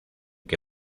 que